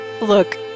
look